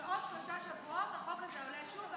שעוד שלושה שבועות החוק הזה עולה שוב,